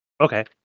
Okay